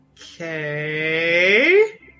Okay